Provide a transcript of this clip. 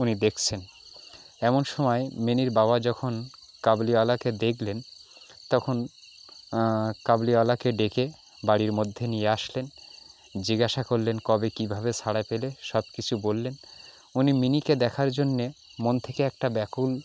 উনি দেখছেন এমন সময় মিনির বাবা যখন কাবুলিওয়ালাকে দেখলেন তখন কাবুলিওয়ালাকে ডেকে বাড়ির মধ্যে নিয়ে আসলেন জিজ্ঞাসা করলেন কবে কীভাবে ছাড়া পেলে সব কিছু বললেন উনি মিনিকে দেখার জন্য মন থেকে একটা ব্যাকুল